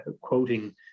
quoting